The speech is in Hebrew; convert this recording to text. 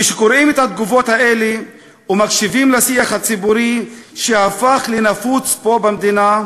כשקוראים את התגובות האלה ומקשיבים לשיח הציבורי שהפך לנפוץ פה במדינה,